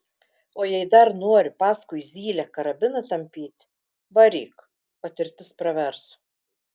o jei dar nori paskui zylę karabiną tampyti varyk patirtis pravers